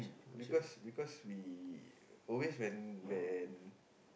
because because we always when when